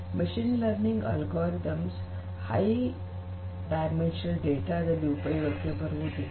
machine learning algorithms high dimensional data ನಲ್ಲಿ ಉಪಯೋಗಕ್ಕೆ ಬರುವುದಿಲ್ಲ